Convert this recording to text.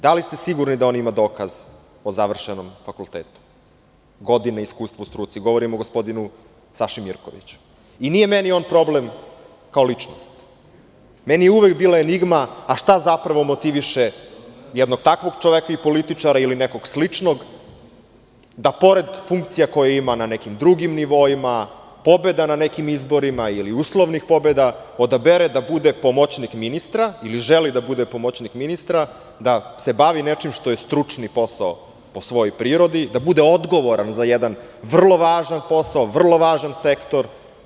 Da li ste sigurni da on ima dokaz o završenom fakultetu, godine iskustva u struci, govorim o gospodinu Saši Mirkoviću i nije on meni problem kao ličnost, već mi je uvek bila enigma, šta zapravo motiviše jednog takvog čoveka i političara, da pored funkcija koje ima na nekim drugim nivoima, pobeda na nekim izborima ili uslovnih pobeda, odabere da bude pomoćnik ministra ili želi da bude pomoćnik ministra, da se bavi nečim što je stručni posao po svojoj prirodi i da bude odgovoran za jedan vrlo važan posao, vrlo važan sektor.